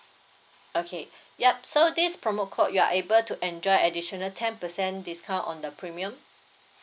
okay yup so this promo code you are able to enjoy additional ten percentdiscount on the premium